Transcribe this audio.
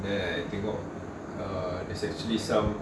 the table there's actually some